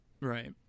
right